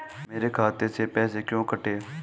मेरे खाते से पैसे क्यों कटे?